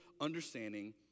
understanding